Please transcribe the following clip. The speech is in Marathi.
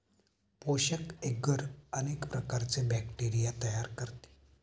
पोषक एग्गर अनेक प्रकारचे बॅक्टेरिया तयार करते